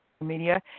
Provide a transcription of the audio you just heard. media